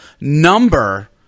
number